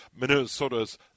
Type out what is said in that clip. Minnesota's